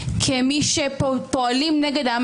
כמי שפועלים נגד העם.